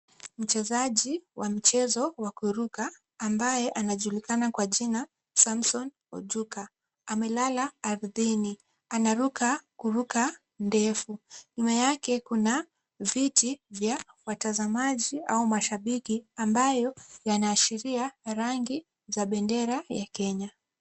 Mchezaji wa michezo wa kuruka ambaye anajulikana kwa jina Samson Ojuka. Amelala ardhini. Anaruka kuruka ndefu. Nyuma yake kuna viti vya watazamaji au mashabiki, ambayo yanaashiria rangi za bendera ya Kenya.